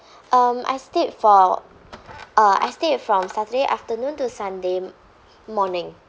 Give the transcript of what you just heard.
um I stayed for uh I stayed from saturday afternoon to sunday morning